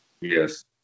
Yes